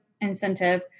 incentive